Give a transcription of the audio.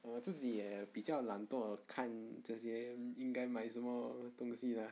我自己也比较懒惰看这些应该买什么东西的 uh